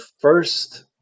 first